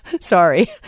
Sorry